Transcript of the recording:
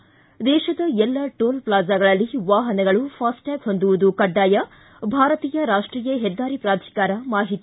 ್ಟಿ ದೇಶದ ಎಲ್ಲ ಟೋಲ್ ಪ್ಲಾಜಾಗಳಲ್ಲಿ ವಾಹನಗಳು ಫಾಸ್ಟ್ಟ್ಯಾಗ್ ಹೊಂದುವುದು ಕಡ್ಡಾಯ ಭಾರತೀಯ ರಾಷ್ಟೀಯ ಹೆದ್ದಾರಿ ಪ್ರಾಧಿಕಾರ ಮಾಹಿತಿ